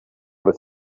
with